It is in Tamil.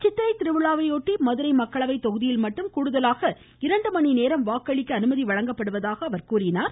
சித்திரை திருவிழாவையொட்டி மக்களவை தொகுதியில் மட்டும் மதுரை கூடுதலாக இரண்டுமணிநேரம் வாக்களிக்க அனுமதி வழங்கப்படுவதாக கூறினார்